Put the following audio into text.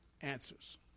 answers